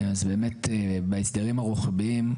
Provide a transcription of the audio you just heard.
אז באמת בהסדרים הרוחביים,